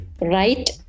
right